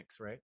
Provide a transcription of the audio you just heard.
right